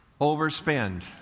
overspend